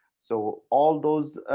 so all those